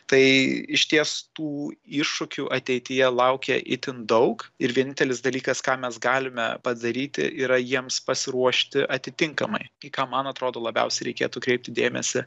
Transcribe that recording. tai išties tų iššūkių ateityje laukia itin daug ir vienintelis dalykas ką mes galime padaryti yra jiems pasiruošti atitinkamai į ką man atrodo labiausiai reikėtų kreipti dėmesį